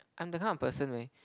I'm that kind of person where